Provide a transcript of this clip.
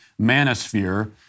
manosphere